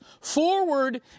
forward